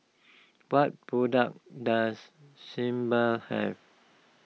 what products does Sebamed have